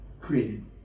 created